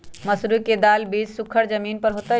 मसूरी दाल के बीज सुखर जमीन पर होतई?